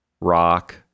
rock